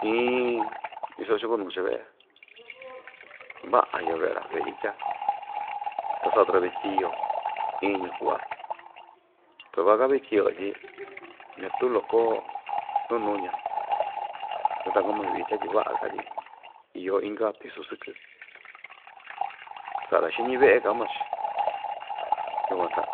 iin iso chakunu cha'a ve'e va'a iyo ve'e‑ra ve'e itya ta sa'a tuku‑ra ve'e tyiyo iin‑ñi ku'va ta va'a‑ka ve'e tyiyo tyi ñatu loko nu nuña tyi va'a‑ka tyi iyo inka pisu sɨkɨ sa'a‑ra xiñi ve'e ka'an maa‑chi yukuan ta